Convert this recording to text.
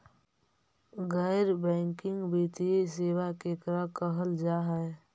गैर बैंकिंग वित्तीय सेबा केकरा कहल जा है?